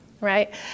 right